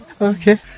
Okay